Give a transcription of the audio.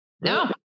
No